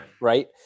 Right